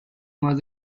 más